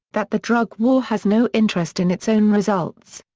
that the drug war has no interest in its own results.